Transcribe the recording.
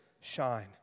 shine